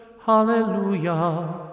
Hallelujah